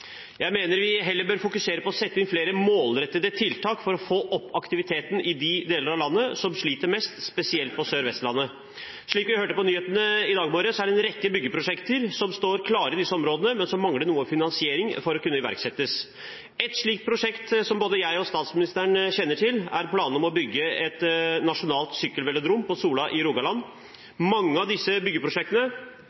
Jeg mener vi heller bør fokusere på å sette inn flere målrettede tiltak for å få opp aktiviteten i de deler av landet som sliter mest, spesielt på Sør-Vestlandet. Som vi hørte på nyhetene i dag morges, er det en rekke byggeprosjekter som står klare i disse områdene, men som mangler noe finansiering for å kunne iverksettes. Et slikt prosjekt som både jeg og statsministeren kjenner til, er planene om å bygge en nasjonal sykkelvelodrom på Sola i Rogaland.